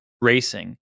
racing